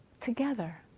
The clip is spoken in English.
together